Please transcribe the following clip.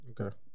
Okay